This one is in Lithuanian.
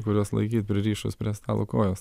kurios laikyt pririšus prie stalo kojos